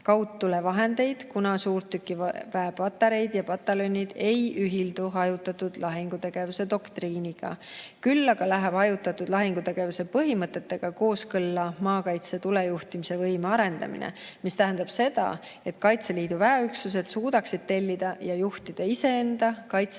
kaugtulevahendeid, kuna suurtükiväepatareid ja -pataljonid ei ühildu hajutatud lahingutegevuse doktriiniga. Küll aga läheb hajutatud lahingutegevuse põhimõtetega kooskõlla maakaitse tulejuhtimise võime arendamine. See tähendab seda, et Kaitseliidu väeüksused suudaksid tellida ja juhtida iseenda, Kaitseväe